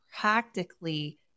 practically